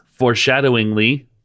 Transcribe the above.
foreshadowingly